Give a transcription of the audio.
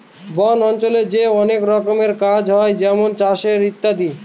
বন অঞ্চলে যে অনেক রকমের কাজ হয় যেমন চাষের ইত্যাদি